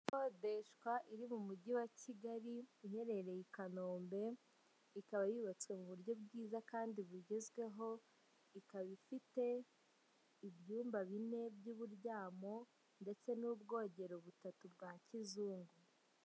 Ikodeshwa iri mu mujyi wa Kigali iherereye i Kanombe, ikaba yubatswe mu buryo bwiza kandi bugezweho, ikaba ifite, ibyumba bine by'uburyamo ndetse n'ubwogero butatu bwa kizungu.